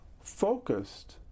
focused